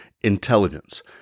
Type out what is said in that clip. intelligence